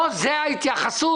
לא זו ההתייחסות.